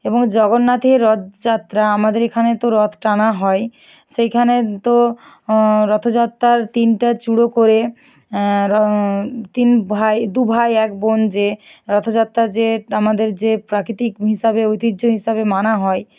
এবং জগন্নাথের রথযাত্রা আমাদের এখানে তো রথ টানা হয় সেইখানে তো রথযাত্রার তিনটে চূড়ো করে তিন ভাই দু ভাই এক বোন যে রথযাত্রার যে আমাদের যে প্রাকৃতিক হিসাবে ঐতিহ্য হিসাবে মানা হয়